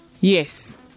Yes